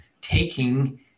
taking